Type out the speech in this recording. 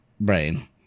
brain